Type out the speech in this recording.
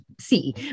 see